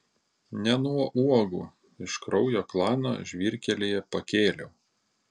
ne nuo uogų iš kraujo klano žvyrkelyje pakėliau